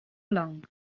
long